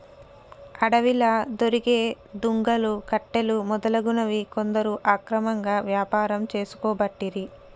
అడవిలా దొరికే దుంగలు, కట్టెలు మొదలగునవి కొందరు అక్రమంగా వ్యాపారం చేసుకోబట్టిరి